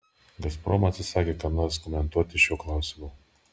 gazprom atsisakė ką nors komentuoti šiuo klausimu